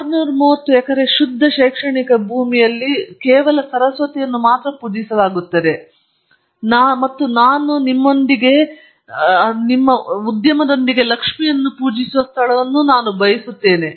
630 ಎಕರೆ ಶುದ್ಧ ಶೈಕ್ಷಣಿಕ ಭೂಮಿ ಸರಸ್ವತಿ ಮಾತ್ರ ಪೂಜಿಸಲಾಗುತ್ತದೆ ಮತ್ತು ನಾನು ನಿಮ್ಮೊಂದಿಗೆ ಮತ್ತು ಉದ್ಯಮದೊಂದಿಗೆ ಲಕ್ಷ್ಮಿಯನ್ನು ಪೂಜಿಸುವ ಸ್ಥಳವನ್ನು ನಾನು ಬಯಸುತ್ತೇನೆ